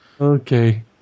Okay